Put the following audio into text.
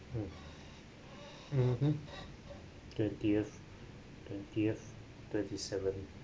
mm mmhmm twentieth twentieth twenty-seventh